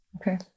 Okay